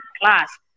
class